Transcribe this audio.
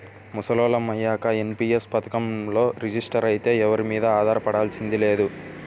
ముసలోళ్ళం అయ్యాక ఎన్.పి.యస్ పథకంలో రిజిస్టర్ అయితే ఎవరి మీదా ఆధారపడాల్సింది లేదు